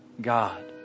God